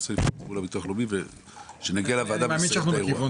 ננסה לפתור את זה מול הביטוח הלאומי ושנגיע לוועדה ונסיים את האירוע.